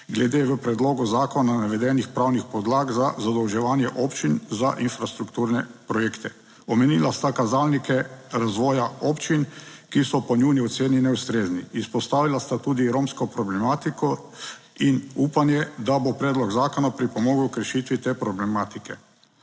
glede v predlogu zakona navedenih pravnih podlag za zadolževanje občin za infrastrukturne projekte. Omenila sta kazalnike razvoja občin, ki so po njuni oceni neustrezni, izpostavila sta tudi romsko problematiko in upanje, da bo predlog zakona pripomogel k rešitvi te problematike.